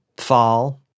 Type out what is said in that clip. fall